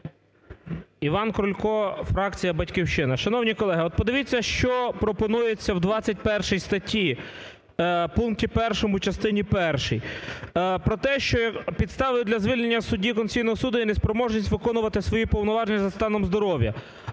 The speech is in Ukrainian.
Іван Крулько, фракція "Батьківщина". Шановні колеги, от подивіться, що пропонується в 21 статті пункті першому частині першій. Про те, що підставою для звільнення судді Конституційного Суду є неспроможність виконувати свої повноваження за станом здоров'я.